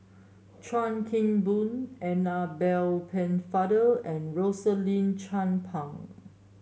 Chuan Keng Boon Annabel Pennefather and Rosaline Chan Pang